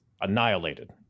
annihilated